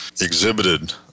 exhibited